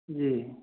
जी